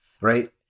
right